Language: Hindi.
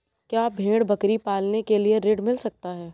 क्या भेड़ बकरी पालने के लिए ऋण मिल सकता है?